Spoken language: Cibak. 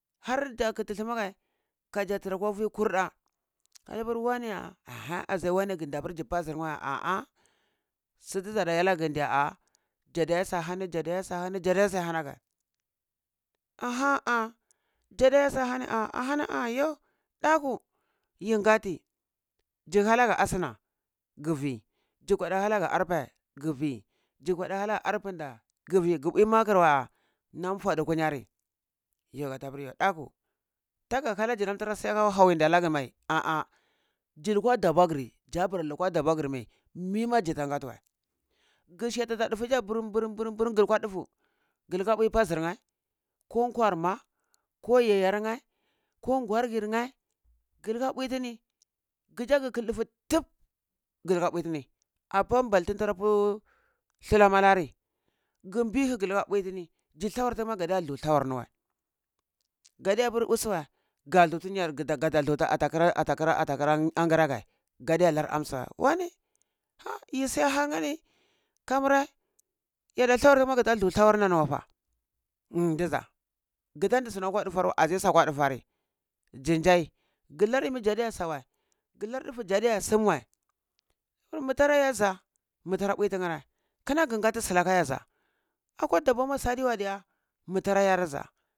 Har dza kati thumageh kaza tara akwavi kulda ai per wani ga da par zi pazir nwa ya su ta sa da enege ga di ya dza da eha su ahani dza da eha su ahani dza da eha su ahani dzada eha su ahani yhu ndaku yi gati zi hanage ashuna guh veh zda kuda hanage arpeh ga veh zi kuda hanage arpinda ga veh ga mbwai makar weh nam fudu nkwini are ga ha yhu ndaku taga hjana zanam tara suwa hawi ana ga dan diya zi lukwa dabwa gir za bara lokwa dabuwar giri meh mimah zata gati weh ga heti atah dufu burum burum ga laha bwi pazir neh ko nkwar mah ko yayar neh ko nwargir neh ga lehah bwi tini gaza ga kilhr dufu ga leha bwi tini apa mbal ti tantara pu ga mbihi ga leha bwi tini za thlawar tini ma gadiya thu thlawar ni ma weh gadiya ha apir useh wa ga tho tini weh ata kara ata kara angarageh ga aiya nar asmah wani yi ha siya har ni kamireh yada thlawar tineh ana gata thlur thlawar na ni wah fah diza gata gata ndi sunam akwa dufar weh asheh su akwa dufer ri za ndzai ka lar yeni ndza diye sa weh ga lar daveh zi diya sumweh meh tara eh dza meh tara mbwi tihereh kana ga ganti sulakah yeh akwa dabwa muah su adwadiya kana metara eh ra za.